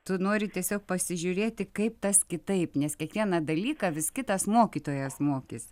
tu nori tiesiog pasižiūrėti kaip tas kitaip nes kiekvieną dalyką vis kitas mokytojas mokys